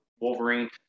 Wolverine